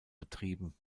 betrieben